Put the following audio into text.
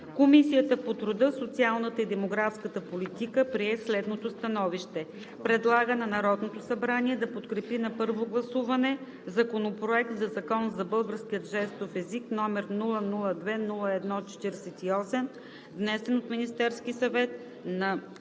Комисията по труда, социалната и демографската политика прие следното становище: Предлага на Народното събрание да подкрепи на първо гласуване Законопроект за българския жестов език, № 002 01-48, внесен от Министерския съвет на